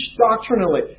doctrinally